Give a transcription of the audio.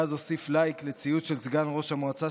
ואז הוסיף לייק לציוץ של סגן ראש המועצה,